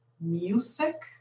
music